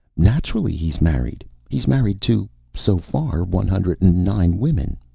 naturally he's married. he's married to so far one hundred and nine women.